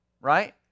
Right